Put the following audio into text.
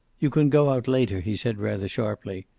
you can go out later, he said rather sharply.